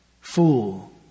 fool